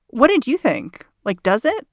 what did you think? like, does it